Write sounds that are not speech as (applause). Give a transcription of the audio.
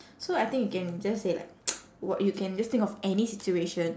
so I think you can just say like (noise) what you can just think of any situation